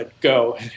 go